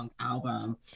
album